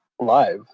Live